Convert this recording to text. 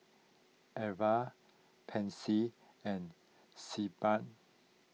Pansy and Sebamed